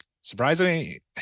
surprisingly